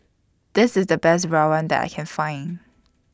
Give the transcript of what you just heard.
This IS The Best Rawon that I Can Find